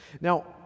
Now